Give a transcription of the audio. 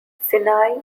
sinai